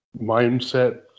mindset